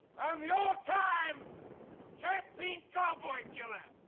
i'm the all time champion cowboy killer!